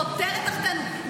חותרת תחתינו,